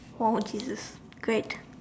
oh Jesus great